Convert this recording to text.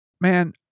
man